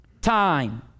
Time